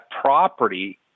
property